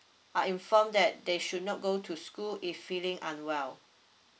are informed that they should not go to school if feeling unwell